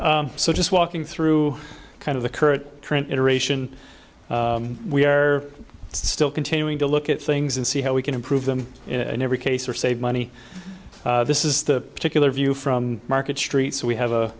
get so just walking through kind of the current trend interation we are still continuing to look at things and see how we can improve them in every case or save money this is the particular view from market street so we have